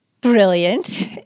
brilliant